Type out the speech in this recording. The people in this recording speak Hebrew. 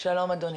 שלום אדוני.